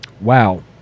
Wow